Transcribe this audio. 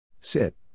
Sit